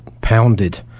pounded